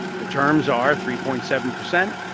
the terms are three point seven percent,